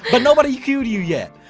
but nobody cued you yet!